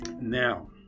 now